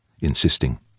insisting